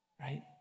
Right